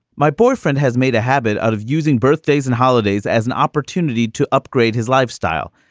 my boyfriend has made a habit out of using birthdays and holidays as an opportunity to upgrade his lifestyle.